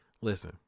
Listen